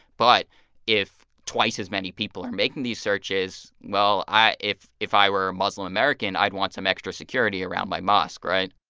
but if twice as many people are making these searches, well, if if i were a muslim-american, i'd want some extra security around my mosque, right?